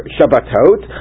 Shabbatot